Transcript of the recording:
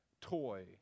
toy